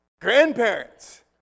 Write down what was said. Grandparents